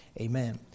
Amen